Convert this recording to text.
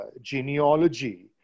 genealogy